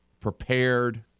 prepared